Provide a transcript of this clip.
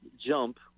jump